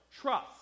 trust